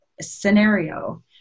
scenario